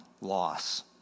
loss